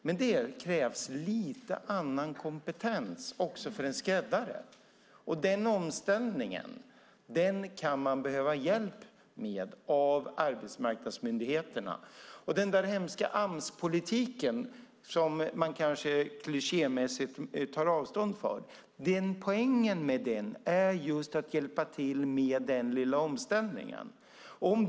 Men det krävs lite annan kompetens också för en skräddare, och den omställningen kan man behöva hjälp med av arbetsmarknadsmyndigheterna. Poängen med den där hemska Amspolitiken, som man kanske klichémässigt tar avstånd från, är just att man ska hjälpa till med den lilla omställningen.